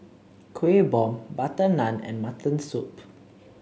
Kuih Bom butter naan and Mutton Soup